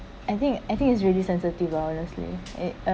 I think I think it's really sensitive lah honestly it